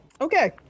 Okay